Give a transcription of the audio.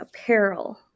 apparel